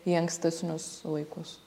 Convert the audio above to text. į ankstesnius laikus